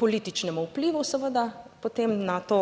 političnem vplivu seveda potem na to,